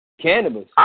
Cannabis